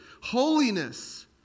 Holiness